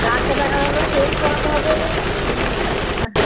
doctor দেখাতে হবে test করাতে হবে